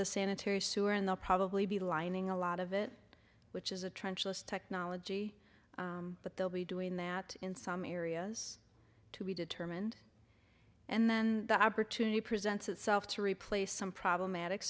the sanitary sewer in the probably be lining a lot of it which is a trench list technology but they'll be doing that in some areas to be determined and then the opportunity presents itself to replace some problematic